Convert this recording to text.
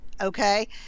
okay